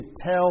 tell